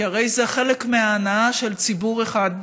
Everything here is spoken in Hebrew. כי הרי זה חלק מההנאה של ציבור אחד,